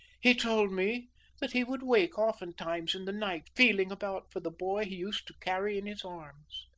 he told me that he would wake oftentimes in the night feeling about for the boy he used to carry in his arms.